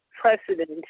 precedents